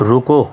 رکو